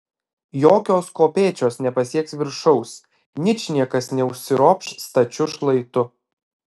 jokios kopėčios nepasieks viršaus ničniekas neužsiropš stačiu šlaitu